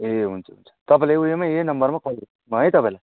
ए हुन्छ हुन्छ तपाईँलाई उयोमा यही नम्बरमै कल गर्दा हुन्छ है तपाईँलाई